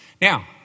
Now